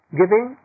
giving